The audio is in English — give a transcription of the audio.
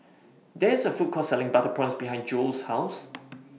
There IS A Food Court Selling Butter Prawns behind Jewel's House